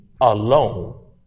alone